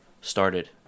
started